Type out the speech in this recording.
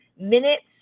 Minutes